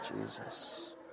Jesus